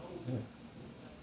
ya